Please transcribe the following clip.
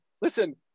listen